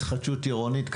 התחדשות עירונית,